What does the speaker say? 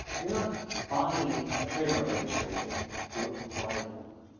you're not buying a trademark registration you're applying for one.